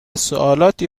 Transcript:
سوالاتی